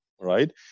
right